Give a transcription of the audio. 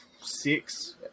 six